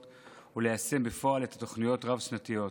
וליישם בפועל את התוכניות הרב-שנתיות.